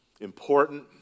important